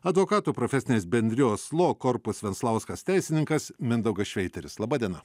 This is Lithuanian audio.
advokatų profesinės bendrijos lo korpus venclauskas teisininkas mindaugas šveiteris laba diena